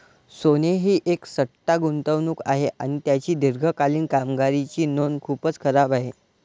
सोने ही एक सट्टा गुंतवणूक आहे आणि त्याची दीर्घकालीन कामगिरीची नोंद खूपच खराब आहे